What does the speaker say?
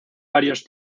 varios